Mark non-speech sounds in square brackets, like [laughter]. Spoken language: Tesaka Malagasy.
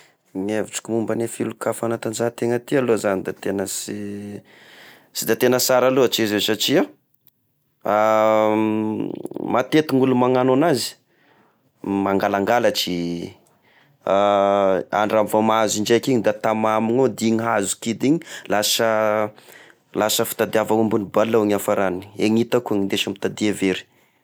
Ny hevitriko momba ny filoka fanatanjahategna ty aloha zany da tegna sy sy de tegna sara loatry io zay satria, [hesitation] matety ny olo magnanao anazy mangalangalatry, [hesitation] andra- vao mahazo indraiky iny da tamagna amin'io da i nahazo kidy igny, lasa lasa fitadiava aomby mibal hono iafarany, ny eo hitako ny indesy mitadia very.